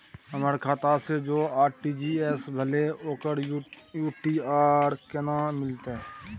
हमर खाता से जे आर.टी.जी एस भेलै ओकर यू.टी.आर केना मिलतै?